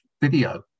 video